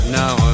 now